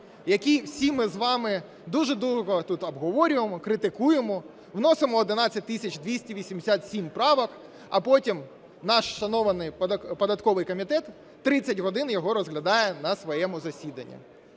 який всі ми з вами дуже довго тут обговорюємо, критикуємо, вносимо 11 тисяч 287 правок, а потім наш шанований податковий комітет 30 годин його розглядає на своєму засіданні.